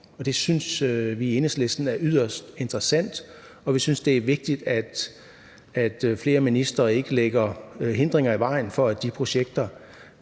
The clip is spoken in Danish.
Det synes vi i Enhedslisten er yderst interessant, og vi synes, det er vigtigt, at flere ministre ikke lægger hindringer i vejen for, at de projekter